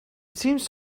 seems